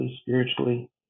spiritually